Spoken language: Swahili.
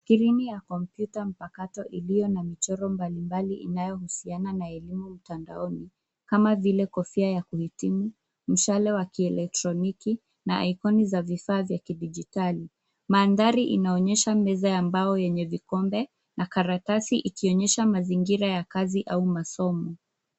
Skrini ya kompyuta mpakato iliyo na michoro mbalimbali inayohusiana na elimu mtandaoni; kama vile kofia ya kuhitimu, mshale wa kielektroniki na ikoni za vifaa vya kidijitali. Mandhari inaonyesha meza ya mbao yenye vikombe na karatasi, ikionyesha mazingira ya kazi au masomo.